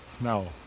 No